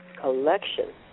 collection